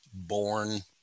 born